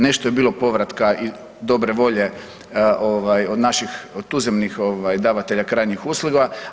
Nešto je bilo povratka i dobre volje od naših tuzemnih davatelja krajnjih usluga.